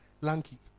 lanky